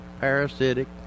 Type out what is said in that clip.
parasitic